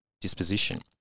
disposition